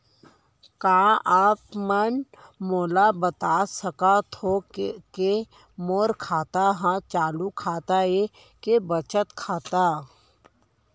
का आप मन मोला बता सकथव के मोर खाता ह चालू खाता ये के बचत खाता?